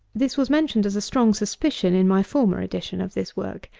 this was mentioned as a strong suspicion in my former edition of this work.